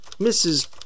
Mrs